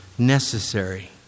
necessary